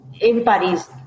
everybody's